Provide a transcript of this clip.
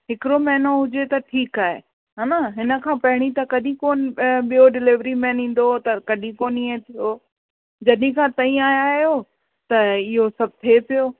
हिकिड़ो महिनो हुजे त ठीकु आहे हेन हिन खां पहिरीं त कॾहिं कोन ॿियो डिलेवरी मेन ईंदो हो त कॾहिं कोन ईअं हो जॾहिं खां तव्हीं आया आहियो त इहो सभु थिए पियो